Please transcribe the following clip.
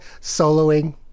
soloing